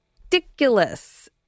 ridiculous